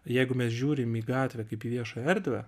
jeigu mes žiūrim į gatvę kaip viešą erdvę